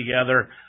together